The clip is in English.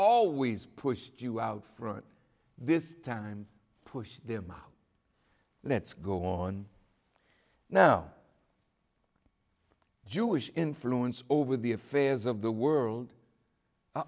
always pushed you out front this time push them let's go on now jewish influence over the affairs of the world